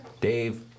Dave